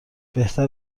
بهتر